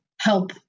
help